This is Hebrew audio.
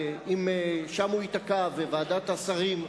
ואם שם הוא ייתקע וועדת השרים,